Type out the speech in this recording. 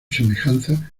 semejanza